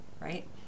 right